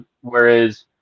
Whereas